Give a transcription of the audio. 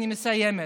אני מסיימת.